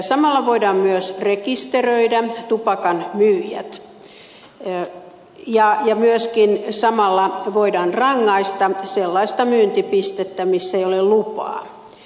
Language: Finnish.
samalla voidaan myös rekisteröidä tupakan myyjät ja myöskin samalla voidaan rangaista sellaista myyntipistettä millä ei ole lupaa